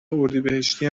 اردیبهشتی